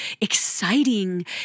exciting